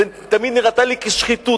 זה תמיד נראה לי שחיתות.